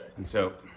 and so.